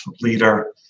leader